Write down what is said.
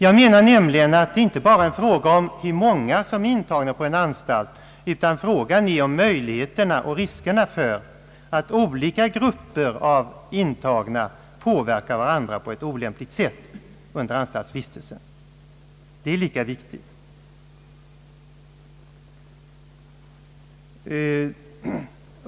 Jag menar nämligen att problemet inte bara gäller hur många intagna man har på en anstalt utan också riskerna för att olika grupper intagna påverkar varandra i olämplig riktning under anstaltsvistelsen; detta senare är lika viktigt.